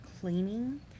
cleaning